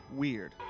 weird